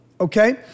okay